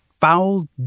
foul